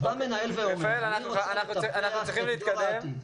אז בא מנהל ואומר: אני רוצה לחנך את דור העתיד,